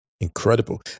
Incredible